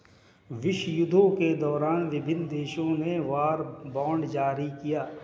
विश्वयुद्धों के दौरान विभिन्न देशों ने वॉर बॉन्ड जारी किया